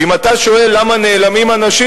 ואם אתה שואל למה נעלמים אנשים,